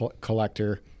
collector